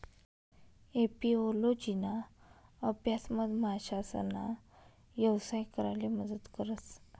एपिओलोजिना अभ्यास मधमाशासना यवसाय कराले मदत करस